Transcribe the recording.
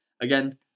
again